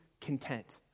content